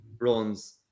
runs